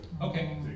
Okay